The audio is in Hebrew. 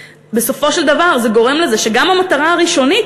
בסופו של דבר זה גורם לזה שגם המטרה הראשונית,